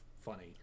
funny